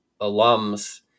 alums